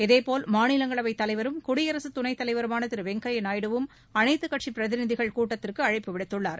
இதேபோல் மாநிலங்களவை தலைவரும் குடியரசு துணைத் தலைவருமான திரு வெங்கய்யா நாயுடுவும் அனைத்து கட்சி பிரதிநிதிகள் கூட்டத்திற்கு அழைப்பு விடுத்துள்ளார்